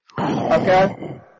Okay